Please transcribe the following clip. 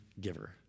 giver